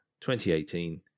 2018